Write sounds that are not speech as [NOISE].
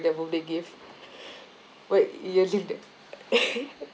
that birthday gift [BREATH] wait you'll give that [LAUGHS]